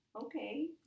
Okay